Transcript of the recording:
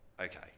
okay